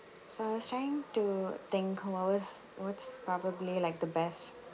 so I was trying to think what was what's probably like the best